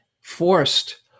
forced